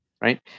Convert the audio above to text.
right